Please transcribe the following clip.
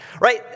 right